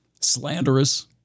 slanderous